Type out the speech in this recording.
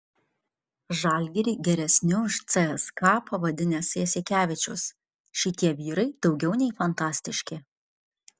žalgirį geresniu už cska pavadinęs jasikevičius šitie vyrai daugiau nei fantastiški